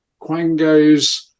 quangos